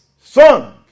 son